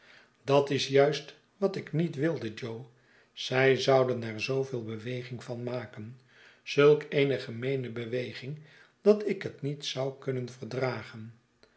dat is juist wat ik niet wilde jo zij zouden er zooveel beweging van maken zulk eene gemeene beweging dat ik het niet zou kunnen verdragen